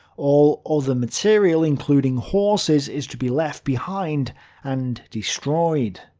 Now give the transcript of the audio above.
all other material, including horses, is to be left behind and destroyed.